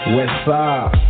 Westside